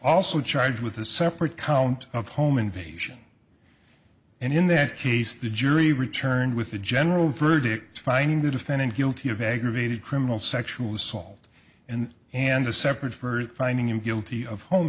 also charged with a separate count of home invasion and in that case the jury returned with a general verdict finding the defendant guilty of aggravated criminal sexual assault and and a separate further finding him guilty of home